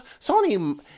Sony